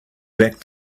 back